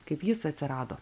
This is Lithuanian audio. kaip jis atsirado